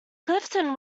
clifton